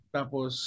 Tapos